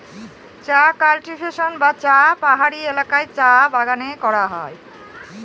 চা কাল্টিভেশন বা চাষ পাহাড়ি এলাকায় চা বাগানে করা হয়